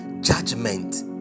judgment